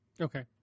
Okay